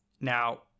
now